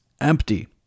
empty